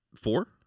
four